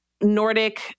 Nordic